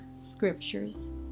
scriptures